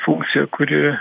funkcija kuri